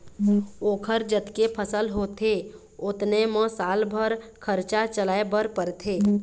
ओखर जतके फसल होथे ओतने म साल भर खरचा चलाए बर परथे